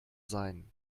sein